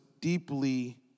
deeply